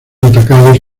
atacados